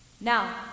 Now